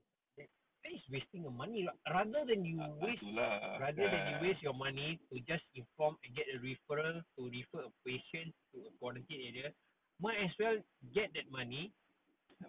tu lah kan